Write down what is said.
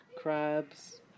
Crabs